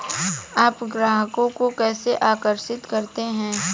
आप ग्राहकों को कैसे आकर्षित करते हैं?